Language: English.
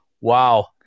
wow